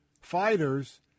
fighters